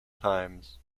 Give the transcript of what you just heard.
times